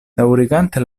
daŭrigante